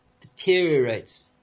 deteriorates